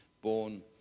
born